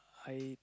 I